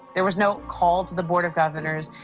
there was no call to the board of governors.